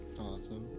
Awesome